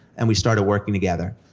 and we started working together.